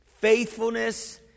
faithfulness